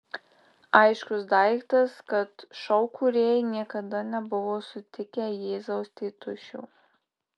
aiškus daiktas kad šou kūrėjai niekada nebuvo sutikę jėzaus tėtušio